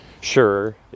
Sure